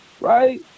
right